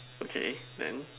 okay then